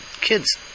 kids